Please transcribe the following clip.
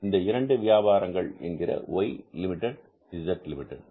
இது இரண்டு வியாபாரங்கள் என்கிற Y லிமிட்டட் Zலிமிடெட்